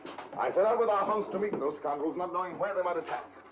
i set out with our host to meet those scoundrels, not knowing where they might attack.